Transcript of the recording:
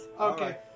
Okay